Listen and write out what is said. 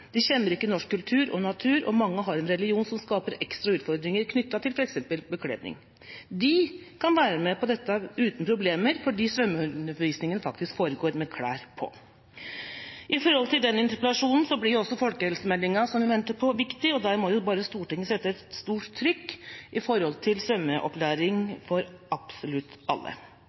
De kjenner ikke norsk kultur og natur, og mange har en religion som skaper ekstra utfordringer, knyttet til f.eks. bekledning. De kan være med på dette uten problemer, fordi svømmeundervisninga faktisk foregår med klær på. Med hensyn til den av interpellasjonene som er rettet til barne-, likestillings- og inkluderingsministeren, blir også folkehelsemeldinga som vi venter på, viktig, og der må Stortinget øve et sterkt påtrykk for å få svømmeopplæring for absolutt alle.